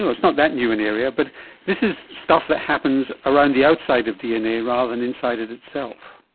it's not that new an area, but this is stuff that happens around the outside of dna rather than inside it itself.